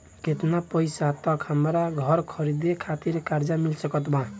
केतना पईसा तक हमरा घर खरीदे खातिर कर्जा मिल सकत बा?